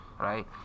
right